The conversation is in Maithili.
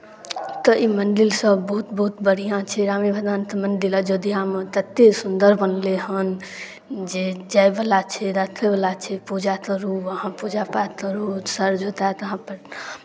तऽ ई मण्डिलसभ बहुत बहुत बढ़िआँ छै रामे भदवानते मण्डिल अयोध्यामे तऽ ततेक सुन्दर बनलै हन जे जायवला छै देखयवला छै पूजा तरू अहाँ पूजा पाठ तरू सर झुता तऽ अहाँ प्रणाम